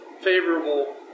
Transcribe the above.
favorable